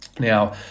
Now